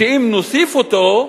שאם נוסיף אותם,